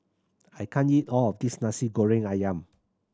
I can't eat all of this Nasi Goreng Ayam